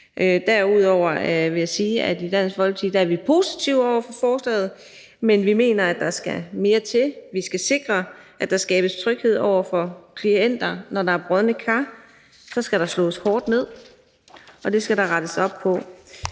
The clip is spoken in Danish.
Derudover vil jeg sige, at vi i Dansk Folkeparti er positive over for forslaget, men vi mener, at der skal mere til. Vi skal sikre, at der skabes tryghed for klienterne, og når der er brodne kar, skal der slås hårdt ned, og det skal der rettes op på.